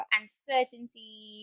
uncertainty